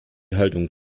haltung